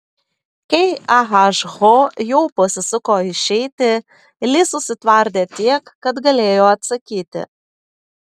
kai ah ho jau pasisuko išeiti li susitvardė tiek kad galėjo atsakyti